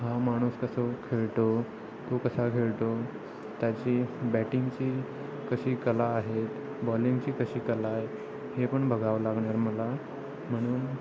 हा माणूस कसं खेळतो तो कसा खेळतो त्याची बॅटिंगची कशी कला आहेत बॉलिंगची कशी कला आहे हे पण बघावं लागणार मला म्हणून